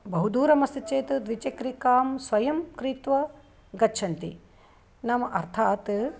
बहु दूरमस्ति चेत् द्विचक्रिकां स्वयं क्रीत्वा गच्छन्ति नाम अर्थात्